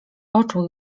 oczu